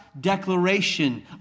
declaration